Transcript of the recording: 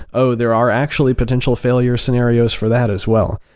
oh! there are actually potential failure scenarios for that as well.